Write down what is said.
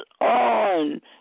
on